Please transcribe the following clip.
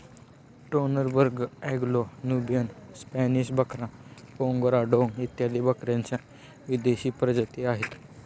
Toggenburg, Anglo Nubian, Spanish बकरा, Angora डोंग इत्यादी बकऱ्यांच्या विदेशी प्रजातीही आहेत